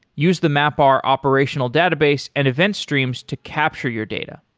use the mapr operational database and event streams to capture your data.